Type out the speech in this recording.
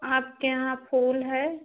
आपके यहाँ फूल हैं